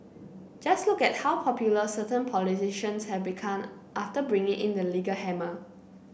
just look at how popular certain politicians have become after bringing in the legal hammer